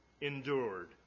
endured